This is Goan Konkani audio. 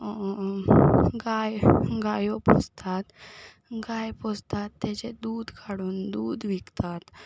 गाय गायो पोसतात गाय पोसतात तेचें दूद काडून दूद विकतात